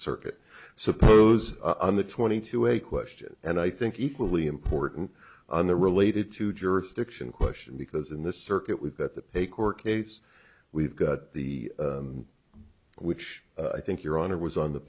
circuit suppose on the twenty two a question and i think equally important and the related to jurisdiction question because in the circuit with that the pay court case we've got the which i think your honor was on the